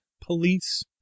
police